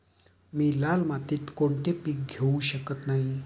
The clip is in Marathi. मी लाल मातीत कोणते पीक घेवू शकत नाही?